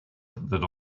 that